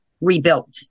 rebuilt